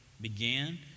began